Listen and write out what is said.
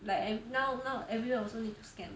like I'm now now everyone also need to scan